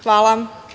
Hvala.